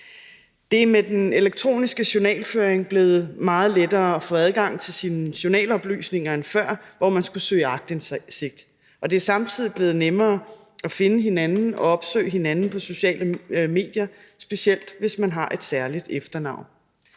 Det er med den elektroniske journalføring blevet meget lettere at få adgang til sine journaloplysninger end før, hvor man skulle søge aktindsigt, og det er samtidig blevet nemmere at finde hinanden og opsøge hinanden på sociale medier, specielt hvis man har et særligt efternavn.